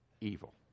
Evil